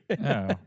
No